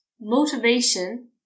motivation